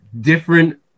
different